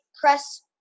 press